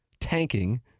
Tanking